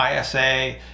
ISA